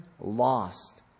lost